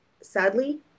sadly